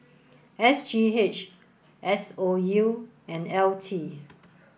S G H S O U and L T